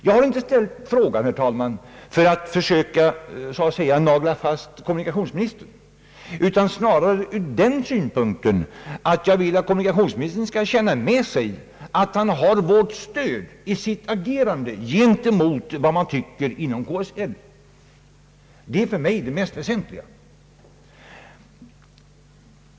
Jag har inte ställt frågan, herr talman, för att försöka »nagla fast« kommunikationsministern utan snarare därför att jag vill att kommunikationsministern skall känna med sig att han har vårt stöd i sitt agerande gentemot KSL. Det är för mig det mest väsentliga.